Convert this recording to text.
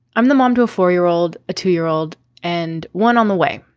i'm the mom to a four year old a two year old and one on the way.